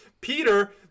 Peter